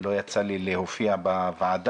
לא יצא לי להופיע בוועדה,